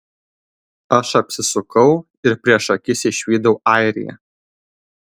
aš apsisukau ir prieš akis išvydau airiją